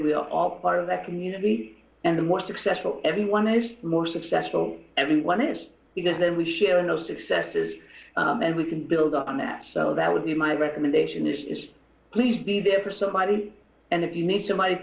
are all part of that community and the more successful everyone is more successful everyone is in and then we share in the successes and we can build on that so that would be my recommendation is please be there for somebody and if you need somebody